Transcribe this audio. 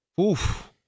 Oof